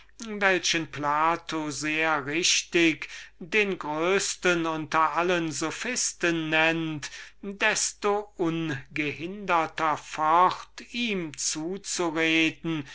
welchen plato sehr richtig den größten unter allen sophisten nennt desto ungehinderter fort ihm zuzureden